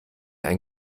ein